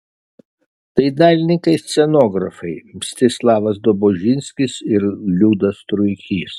tai dailininkai scenografai mstislavas dobužinskis ir liudas truikys